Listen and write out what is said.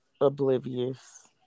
oblivious